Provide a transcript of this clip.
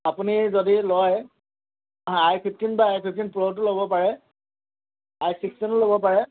আপুনি যদি লয় আই ফিফটিন বা আই ফিফটিন প্ৰ'টো ল'ব পাৰে আই ছিক্সটিনো ল'ব পাৰে